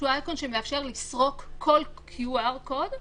אפשר לפתור את הדבר הזה או לבדוק.